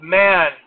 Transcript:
man